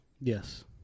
Yes